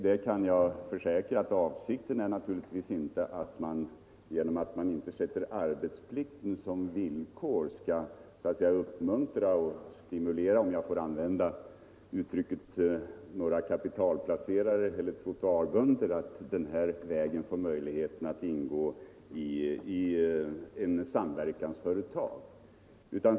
Jag kan försäkra att avsikten med att inte sätta arbetsplikten som villkor naturligtvis inte är att stimulera kapitalplacerare eller s.k. trottoarbönder att ingå i samverkansföretag.